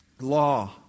Law